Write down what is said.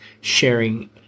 sharing